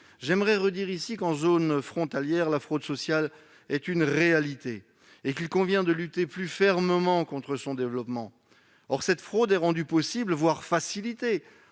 J'aimerais redire ici qu'en zone frontalière la fraude sociale est une réalité et qu'il convient de lutter plus fermement contre son développement. Or cette fraude est rendue possible, voire facilitée